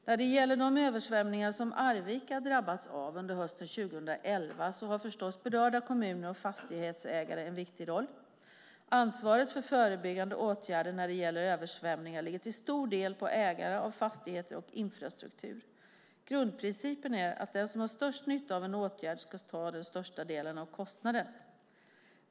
När det gäller de översvämningar som Arvika drabbats av under hösten 2011 har förstås berörda kommuner och fastighetsägare en viktig roll. Ansvaret för förebyggande åtgärder när det gäller översvämningar ligger till stor del på ägare av fastigheter och infrastruktur. Grundprincipen är att den som har störst nytta av en åtgärd ska ta den största delen av kostnaden.